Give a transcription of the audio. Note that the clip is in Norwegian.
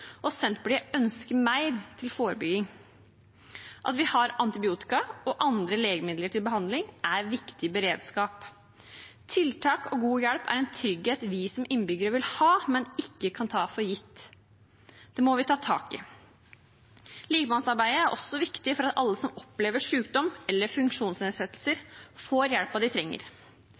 og Senterpartiet ønsker mer til forebygging. At vi har antibiotika og andre legemidler til behandling, er viktig beredskap. Tidlig og god hjelp er en trygghet vi som innbyggere vil ha, men ikke kan ta for gitt. Det må vi ta tak i. Likemannsarbeidet er også viktig for at alle som opplever sykdom eller har funksjonsnedsettelse, får hjelpen de trenger.